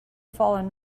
fallen